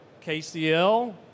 KCL